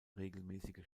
regelmäßige